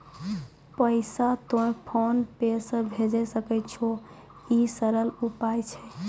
पैसा तोय PhonePe से भैजै सकै छौ? ई सरल उपाय छै?